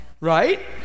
right